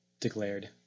declared